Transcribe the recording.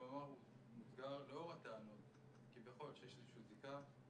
במאמר מוסגר: לאור הטענות כביכול שיש איזו שהיא זיקה,